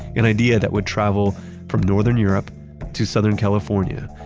an idea that would travel from northern europe to southern california,